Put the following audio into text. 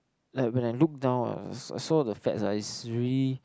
like when I look down eh I I saw the fats ah is really